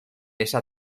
esa